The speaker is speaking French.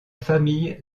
famille